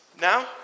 now